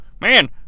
man